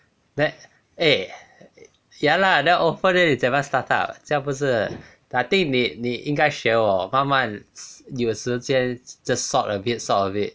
that eh ya lah then old phone then 你怎么样 start up 这样不是 I think 你你应该学我慢慢有时间就 sort a bit sort a bit